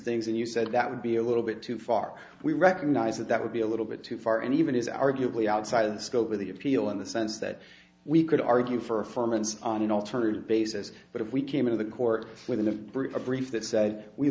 things and you said that would be a little bit too far we recognize that that would be a little bit too far and even is arguably outside of the scope of the appeal in the sense that we could argue for four months on an alternative basis but if we came out of the court within the